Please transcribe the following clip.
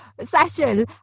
session